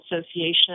Association